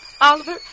Oliver